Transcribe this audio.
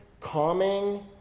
calming